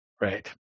Right